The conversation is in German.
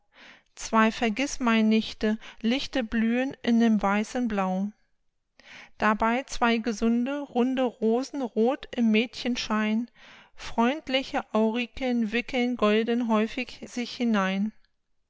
zwei vergißmeinnichte lichte blühen in dem weißen blau dabei zwei gesunde runde rosen roth im mädchenschein freundliche aurikeln wickeln golden häufig sich hinein